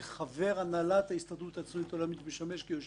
כחבר הנהלת ההסתדרות הציונית העולמית משמש כיושב-ראש החטיבה.